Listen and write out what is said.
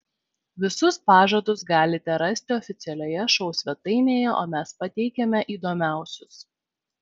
visus pažadus galite rasti oficialioje šou svetainėje o mes pateikiame įdomiausius